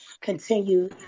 continue